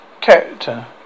Character